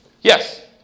Yes